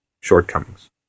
shortcomings